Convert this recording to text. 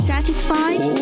Satisfied